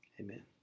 Amen